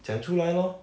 讲出来 lor